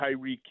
Tyreek